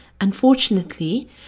Unfortunately